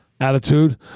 Attitude